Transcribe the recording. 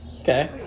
Okay